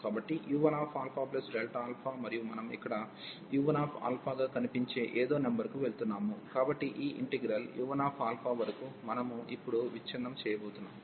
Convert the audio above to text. కాబట్టి u1α మరియు మనం ఇక్కడ u1 గా కనిపించే ఏదో నెంబర్ కు వెళుతున్నాము కాబట్టి ఈ ఇంటిగ్రల్ u1 వరకు మనము ఇప్పుడు విచ్ఛిన్నం చేయబోతున్నాము